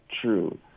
true